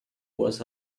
was